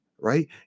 right